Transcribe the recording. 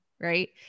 right